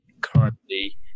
currently